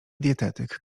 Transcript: dietetyk